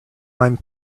mind